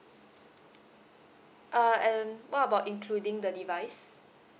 uh and what about including the device